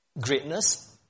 Greatness